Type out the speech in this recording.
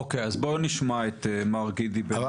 אוקיי, אז בואו נשמע את מר גידי בן עמי.